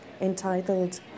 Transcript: entitled